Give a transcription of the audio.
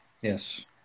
Yes